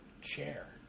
chair